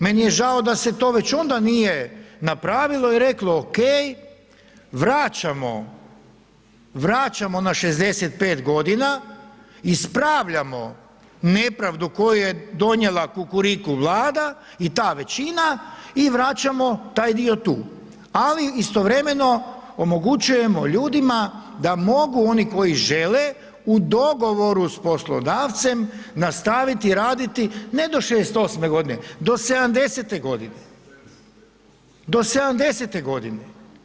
Meni je žao da se to već onda nije napravilo i reklo ok, vraćamo na 65 g., ispravljamo nepravdu koju je donijela Kukuriku Vlada i ta većina i vraćamo taj dio tu ali istovremeno omogućujemo ljudima da mogu oni koji žele u dogovoru sa poslodavcem, nastaviti raditi ne do 68 g., do 70-te godine.